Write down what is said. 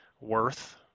worth